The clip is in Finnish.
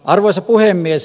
arvoisa puhemies